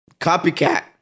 Copycat